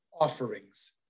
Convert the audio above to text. Offerings